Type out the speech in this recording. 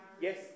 Yes